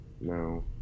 no